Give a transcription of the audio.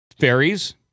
fairies